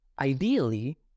Ideally